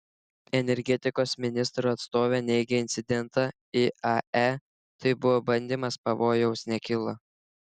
energetikos ministro atstovė neigia incidentą iae tai buvo bandymas pavojaus nekilo